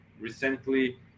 recently